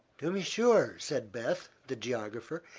to be sure, said beth, the geographer.